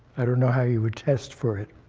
i don't know how you would test for it.